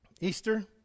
Easter